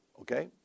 Okay